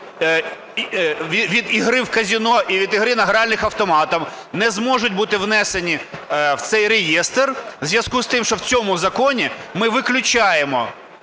від ігри в казино і від ігри на гральних автоматах, не зможуть бути внесені в цей реєстр у зв'язку з тим, що в цьому законі ми виключаємо